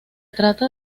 trata